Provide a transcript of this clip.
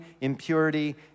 impurity